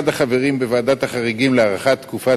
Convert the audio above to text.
אחד החברים בוועדת החריגים להארכת תקופת